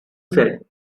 said